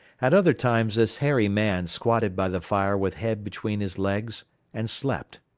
at other times this hairy man squatted by the fire with head between his legs and slept.